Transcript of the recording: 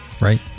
Right